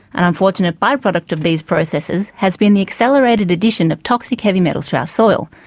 an unfortunate by-product of these processes has been the accelerated addition of toxic heavy metals to our soil.